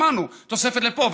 שמענו: תוספת לפה,